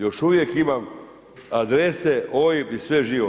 Još uvijek imam adrese, OIB i sve živo.